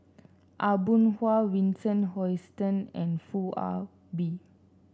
Aw Boon Haw Vincent Hoisington and Foo Ah Bee